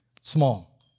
small